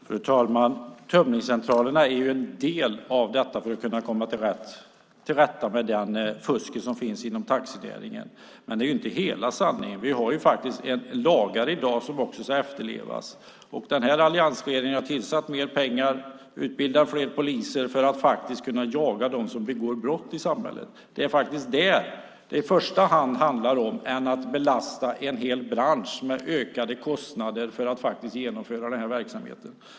Fru talman! Tömningscentralerna är en del av det som behövs för att komma till rätta med det fusk som finns inom taxinäringen, men det är inte hela sanningen. Vi har lagar i dag som också ska efterlevas. Alliansregeringen har tillsatt mer pengar och utbildat fler poliser för att kunna jaga dem som begår brott i samhället. Det handlar i första hand om det och inte om att belasta en hel bransch med ökade kostnader för att genomföra den här verksamheten.